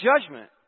judgment